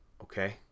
Okay